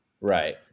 right